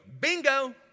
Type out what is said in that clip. bingo